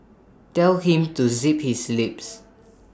tell him to zip his lips